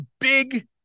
big